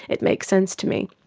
it makes sense to me.